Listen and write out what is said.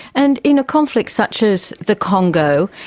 and in a conflict such as the congo,